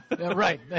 right